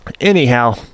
anyhow